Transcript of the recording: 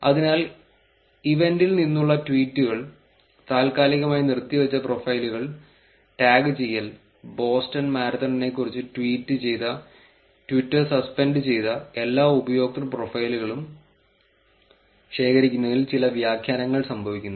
അതിനാൽ ഇവന്റിൽ നിന്നുള്ള ട്വീറ്റുകൾ താൽക്കാലികമായി നിർത്തിവച്ച പ്രൊഫൈലുകൾ ടാഗുചെയ്യൽ ബോസ്റ്റൺ മാരത്തണിനെക്കുറിച്ച് ട്വീറ്റ് ചെയ്ത ട്വിറ്റർ സസ്പെൻഡ് ചെയ്ത എല്ലാ ഉപയോക്തൃ പ്രൊഫൈലുകളും ശേഖരിക്കുന്നതിൽ ചില വ്യാഖ്യാനങ്ങൾ സംഭവിക്കുന്നു